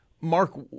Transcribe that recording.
Mark